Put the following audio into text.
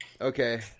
Okay